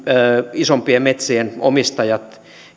isompien metsien omistajat